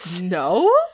No